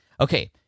Okay